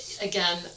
again